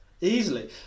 Easily